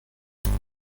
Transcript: کلامی